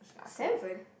seven